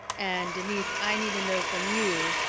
and denise, i need to know from you,